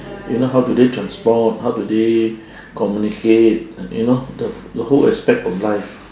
you know how do they transport how do they communicate you know the the whole aspect of life